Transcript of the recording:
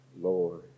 Lord